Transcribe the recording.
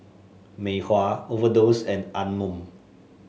Mei Hua Overdose and Anmum